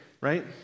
right